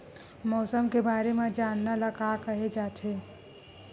मौसम के बारे म जानना ल का कहे जाथे?